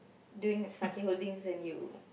doing sakae Holdings and you